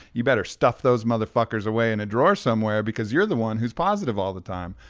you better stuff those motherfuckers away in a drawer somewhere, because you're the one who's positive all the time.